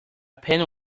penny